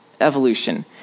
evolution